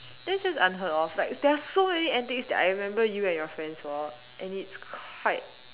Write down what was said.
that's just unheard of like there are so many antics that I remember you and your friends for and it's quite